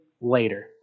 later